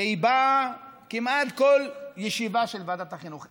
והיא באה כמעט לכל ישיבה של ועדת החינוך.